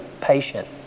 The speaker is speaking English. patient